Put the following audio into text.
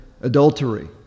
adultery